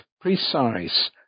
precise